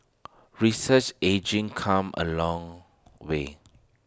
research ageing come A long way